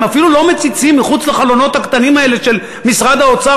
הם אפילו לא מציצים מחוץ לחלונות הקטנים האלה של משרד האוצר,